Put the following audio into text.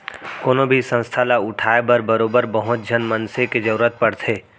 कोनो भी संस्था ल उठाय बर बरोबर बहुत झन मनसे के जरुरत पड़थे